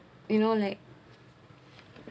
you know like